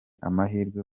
amahirwe